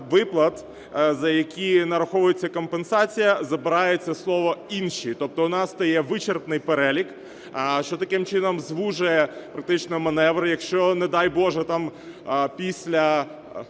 виплат, за які нараховується компенсація, забирається слово "інші". Тобто в нас стає вичерпний перелік, що таким чином звужує практично маневр. Якщо, не дай Боже, після